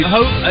Hope